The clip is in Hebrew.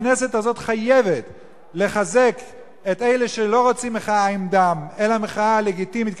הכנסת הזאת חייבת לחזק את אלה שלא רוצים מחאה עם דם אלא מחאה לגיטימית,